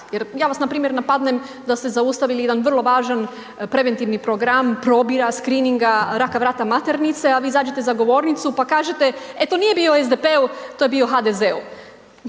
jer ja vas npr. napadnem da ste zaustavili jedan vrlo važan preventivni program probira, skrininga, raka vrata maternice, a vi zađete za govornicu pa kažete e, to nije bio u SDP-u, to je bio u HDZ-u,